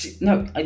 No